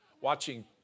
watching